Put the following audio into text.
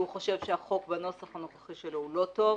חושב שהחוק בנוסח הנוכחי שלו לא טוב,